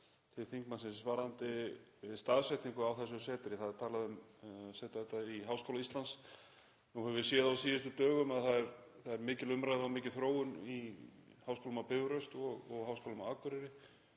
til þingmannsins varðandi staðsetningu á þessu setri. Það er talað um að setja þetta í Háskóla Íslands. Nú höfum við séð á síðustu dögum að það er mikil umræða og mikil þróun í Háskólanum á Bifröst og Háskólanum á Akureyri